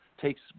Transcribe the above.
takes